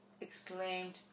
exclaimed